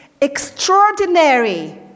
extraordinary